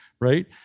right